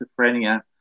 schizophrenia